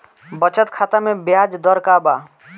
बचत खाता मे ब्याज दर का बा?